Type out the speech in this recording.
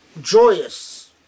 joyous